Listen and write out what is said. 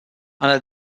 under